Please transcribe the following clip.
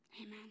amen